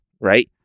right